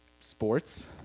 sports